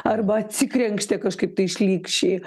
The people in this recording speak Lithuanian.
arba atsikrenkštė kažkaip tai šlykščiai